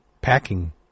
packing